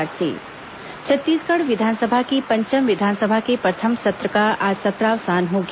विधानसभा सत्र समापन छत्तीसगढ़ विधानसभा की पंचम विधानसभा के प्रथम सत्र का आज सत्रावसान हो गया